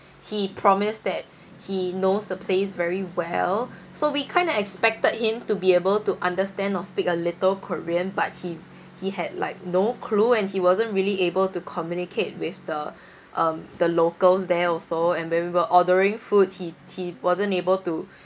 he promised that he knows the place very well so we kind of expected him to be able to understand or speak a little korean but he he had like no clue and he wasn't really able to communicate with the um the locals there also and when we were ordering food he he wasn't able to